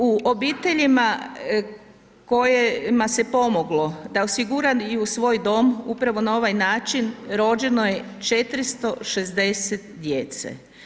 U obiteljima kojima se pomoglo da osiguraju svoj dom, upravo na ovaj način rođeno je 460 djece.